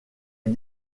est